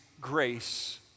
grace